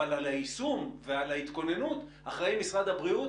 אבל על היישום ועל ההתכוננות אחראי משרד הבריאות?